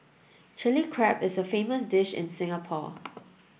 Chilli Crab is a famous dish in Singapore